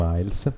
Miles